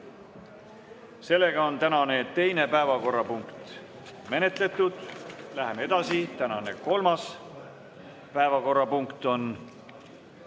lükatud. Tänane teine päevakorrapunkt on menetletud. Läheme edasi. Tänane kolmas päevakorrapunkt on